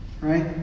Right